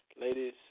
Ladies